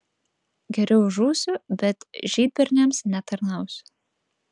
geriau žūsiu bet žydberniams netarnausiu